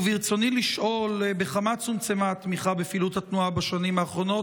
ברצוני לשאול: 1. בכמה צומצמה התמיכה בפעילות התנועה בשנים האחרונות?